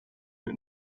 new